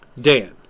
Dan